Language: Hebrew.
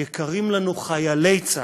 יקרים לנו חיילי צה"ל.